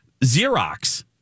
Xerox